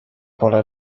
pole